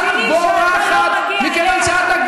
את בורחת, שאתה לא מגיע אליה?